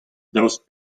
daoust